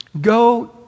Go